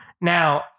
Now